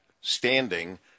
standing